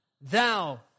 thou